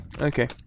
Okay